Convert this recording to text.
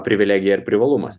privilegija ir privalumas